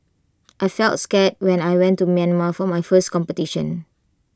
I felt scared when I went to Myanmar for my first competition